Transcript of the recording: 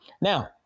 Now